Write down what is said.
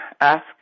ask